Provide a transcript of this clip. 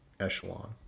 echelon